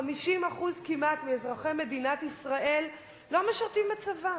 כמעט 50% מאזרחי מדינת ישראל לא משרתים בצבא,